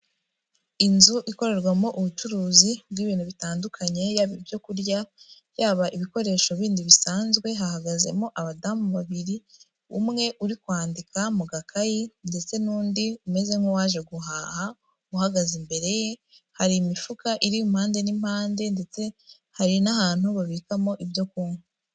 Inzu ikorerwamo ubucuruzi bw'ibintu bitandukanye yaba ibyo kurya, yaba ibikoresho bindi bisanzwe, hahagazemo abadamu babiri umwe uri kwandika mu gakayi ndetse n'undi umeze nk'uwaje guhaha uhagaze imbere ye, hari imifuka iri iruhande n'impande ndetse hari n'ahantu babikamo ibyo kunywa.